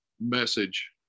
message